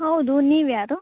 ಹೌದು ನೀವು ಯಾರು